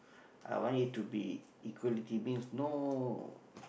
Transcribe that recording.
I want it to be equality means no